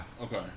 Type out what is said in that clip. Okay